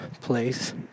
place